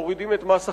מורידים את מס החברות.